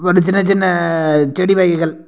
இதாட்டம் சின்ன சின்ன செடி வகைகள்